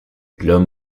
l’homme